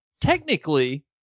technically